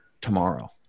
tomorrow